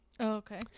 Okay